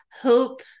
hope